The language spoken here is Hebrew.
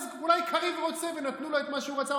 אז אולי קריב רוצה ונתנו לו את מה שהוא רצה,